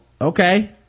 okay